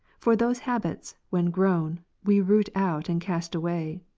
for those habits, when grown, we root out and cast away.